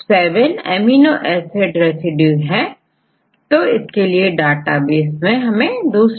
यहां आप प्रोटीन के147 एमिनो एसिड रेसिड्यू सीक्वेंस देख सकते हैं